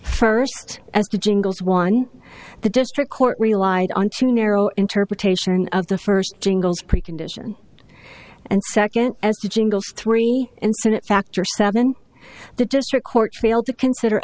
first as the jingles one the district court relied on too narrow interpretation of the first jingles pre condition and second three incident factor seven the district court failed to consider